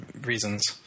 reasons